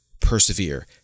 persevere